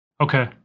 Okay